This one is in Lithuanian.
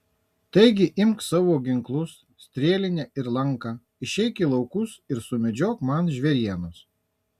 taigi imk savo ginklus strėlinę ir lanką išeik į laukus ir sumedžiok man žvėrienos